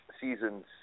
seasons